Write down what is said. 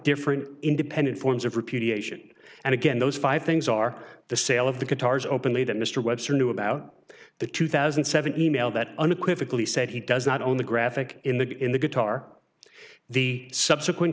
different independent forms of repudiation and again those five things are the sale of the guitars openly that mr webster knew about the two thousand and seven e mail that unequivocally said he does not own the graphic in the in the guitar the subsequent